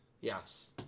Yes